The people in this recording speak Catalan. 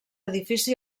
edifici